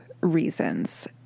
reasons